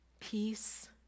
peace